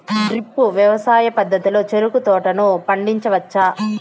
drip వ్యవసాయ పద్ధతిలో చెరుకు తోటలను పండించవచ్చా